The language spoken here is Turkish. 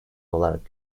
olarak